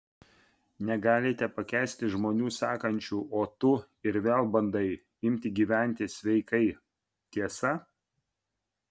negalite pakęsti žmonių sakančių o tu ir vėl bandai imti gyventi sveikai tiesa